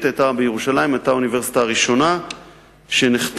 בירושלים היתה האוניברסיטה הראשונה שנחתם